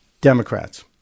Democrats